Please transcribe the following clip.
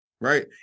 right